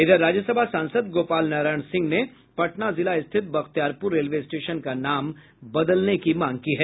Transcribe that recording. इधर राज्यसभा सांसद गोपाल नारायण सिंह ने पटना जिला स्थित बख्तियारपुर रेलवे स्टेशन का नाम बदलने की मांग की है